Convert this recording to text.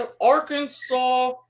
Arkansas